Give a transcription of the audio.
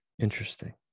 Interesting